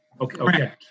okay